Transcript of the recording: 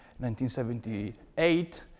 1978